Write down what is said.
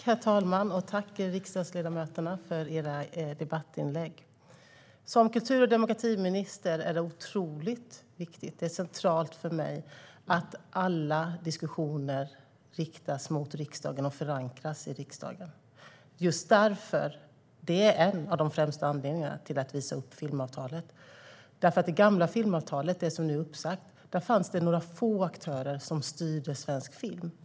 Herr talman! Tack, riksdagsledamöterna, för debattinläggen! För mig som kultur och demokratiminister är det centralt att alla diskussioner riktas mot riksdagen och förankras i riksdagen. Det är en av de främsta anledningarna till att vi sa upp filmavtalet. Enligt det gamla filmavtalet, som nu är uppsagt, var det några få aktörer som styrde svensk film.